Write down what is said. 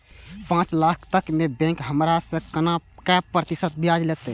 पाँच लाख तक में बैंक हमरा से काय प्रतिशत ब्याज लेते?